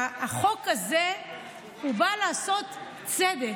החוק הזה בא לעשות צדק,